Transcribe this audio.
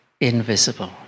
invisible